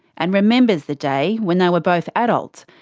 and remembers the day when they were both adults,